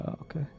okay